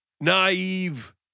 naive